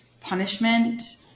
punishment